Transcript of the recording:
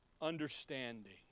understanding